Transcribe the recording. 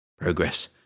Progress